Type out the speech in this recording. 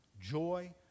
joy